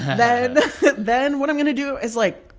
then then what i'm going to do is, like,